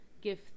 give